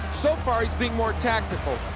so far, he's being more tactical.